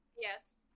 Yes